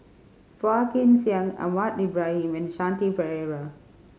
Phua Kin Siang Ahmad Ibrahim and Shanti Pereira